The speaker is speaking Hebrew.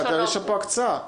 יש פה הקצאה.